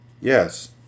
Yes